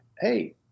Hey